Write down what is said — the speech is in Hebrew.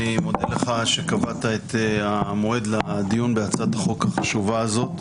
אני מודה לך שקבעת את המועד לדיון בהצעת החוק החשובה הזאת.